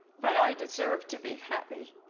but i deserve to be happy.